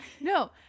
no